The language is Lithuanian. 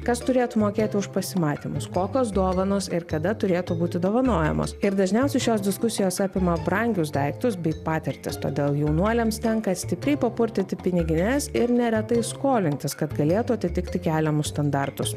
kas turėtų mokėti už pasimatymus kokios dovanos ir kada turėtų būti dovanojamos ir dažniausiai šios diskusijos apima brangius daiktus bei patirtis todėl jaunuoliams tenka stipriai papurtyti pinigines ir neretai skolintis kad galėtų atitikti keliamus standartus